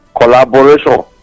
collaboration